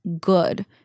good